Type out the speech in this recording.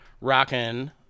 rocking